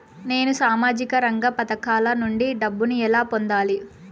నేను సామాజిక రంగ పథకాల నుండి డబ్బుని ఎలా పొందాలి?